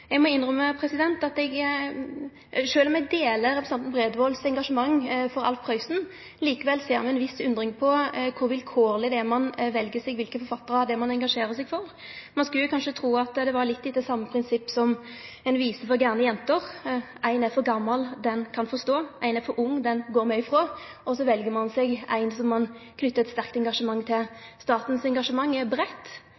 om eg deler representanten Bredvold sitt engasjement for Alf Prøysen, ser eg likevel med ei viss undring på kor vilkårleg ein vel kva for forfattarar ein engasjerer seg for. Ein skulle tru det skjedde litt etter same prinsippet som i «Vise for gærne jinter»: Ein er for gamal, den kan få stå. Ein er for ung, den går me ifrå. Og så vel man seg ein som ein knyter eit sterkt engasjement